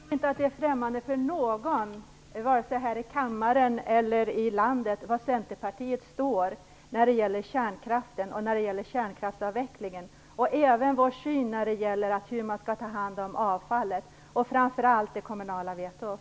Herr talman! Jag tror inte att det är främmande för någon, vare sig här i kammaren eller i landet, var Centerpartiet står när det gäller kärnkraften och när det gäller kärnkraftsavvecklingen. Detsamma gäller vår syn när det gäller hur man skall ta hand om avfallet och framför allt när det gäller det kommunala vetot.